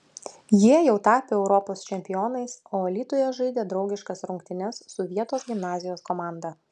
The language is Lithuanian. jie jau tapę europos čempionais o alytuje žaidė draugiškas rungtynes su vietos gimnazijos komanda